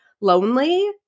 lonely